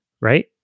Right